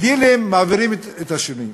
בדילים, מעבירים את השינויים.